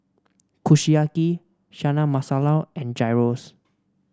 Kushiyaki Chana Masala and Gyros